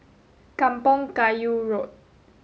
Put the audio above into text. Kampong Kayu Road